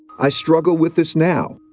i struggle with this now.